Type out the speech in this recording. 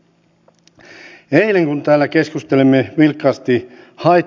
osa aikatyön edistäminen on myös keskeistä sillä esimerkiksi ruotsissa korkean